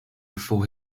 before